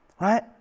right